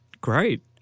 Great